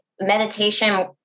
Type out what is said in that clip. meditation